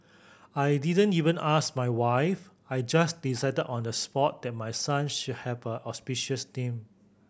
I didn't even ask my wife I just decided on the spot that my son should have auspicious name